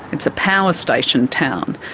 it's a power station town,